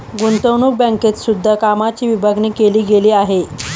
गुतंवणूक बँकेत सुद्धा कामाची विभागणी केली गेली आहे